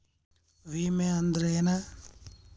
ವಿಮೆ ಅಂದ್ರೆ ಏನ?